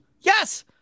Yes